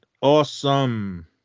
Awesome